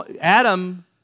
Adam